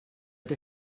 der